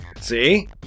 See